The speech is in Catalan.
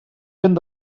gent